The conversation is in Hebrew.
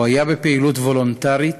הוא היה בפעילות וולונטרית,